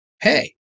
hey